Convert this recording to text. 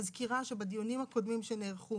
אני מזכירה שבדיונים הקודמים שנערכו,